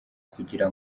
kugira